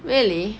really